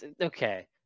okay